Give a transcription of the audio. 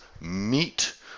Meet